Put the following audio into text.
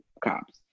cops